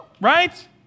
right